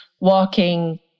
walking